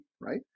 right